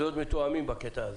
להיות מתואמים בקטע הזה,